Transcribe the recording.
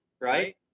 right